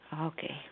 Okay